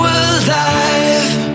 alive